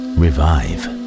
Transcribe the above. revive